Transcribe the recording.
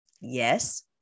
Yes